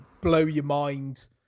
blow-your-mind